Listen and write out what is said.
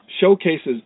showcases